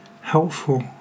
helpful